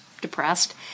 depressed